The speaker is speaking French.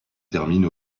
termine